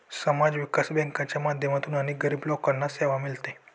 समाज विकास बँकांच्या माध्यमातून अनेक गरीब लोकांना सेवा मिळते